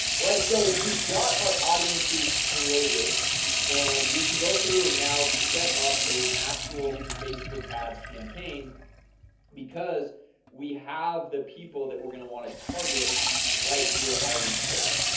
right? so we've got our audiences created and we can go through and now set up an actual facebook ads campaign because we have the people that we're gonna want to target right here already created.